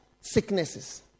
sicknesses